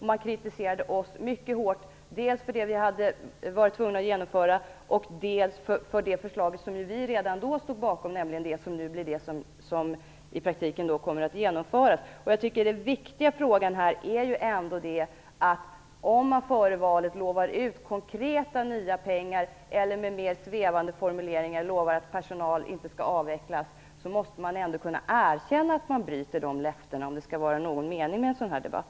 Man kritiserade oss mycket dels för det vi varit tvungna att genomföra, dels för det förslag som vi redan då stod bakom, nämligen det som nu i praktiken kommer att genomföras. Jag tycker att den viktiga frågan är, att om man före valet lovar ut konkreta nya pengar eller med mer svävande formuleringar lovar att personal inte skall avvecklas måste man också kunna erkänna att man bryter dessa löften om det skall vara någon mening med en sådan här debatt.